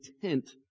intent